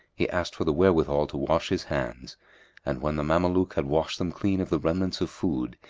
he asked for the wherewithal to wash his hands and when the mameluke had washed them clean of the remnants of food,